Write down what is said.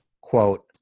quote